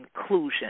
inclusion